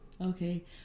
Okay